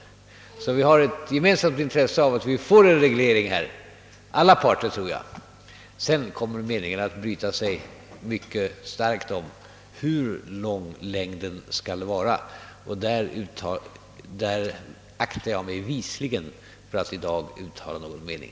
Alla parter har alltså ett gemensamt intresse av att vi får en reglering på detta område. Sedan kommer meningarna att brytas mycket starkt beträffande vilken längd som skall tillåtas. På den punkten aktar jag mig visligen för att i dag uttala någon åsikt.